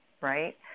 right